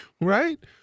Right